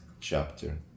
chapter